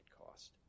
cost